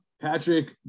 Patrick